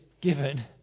given